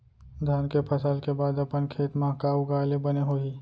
धान के फसल के बाद अपन खेत मा का उगाए ले बने होही?